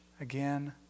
Again